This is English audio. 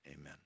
amen